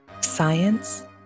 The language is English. science